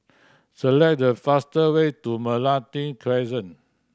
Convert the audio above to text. select the faster way to Meranti Crescent